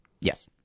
Yes